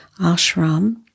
ashram